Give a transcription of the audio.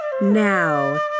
Now